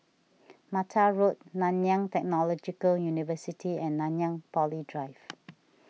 Mata Road Nanyang Technological University and Nanyang Poly Drive